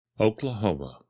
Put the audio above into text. Oklahoma